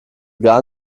gar